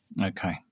Okay